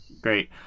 great